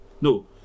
No